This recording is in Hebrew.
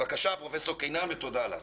פרופ' קינן, בבקשה.